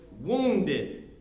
Wounded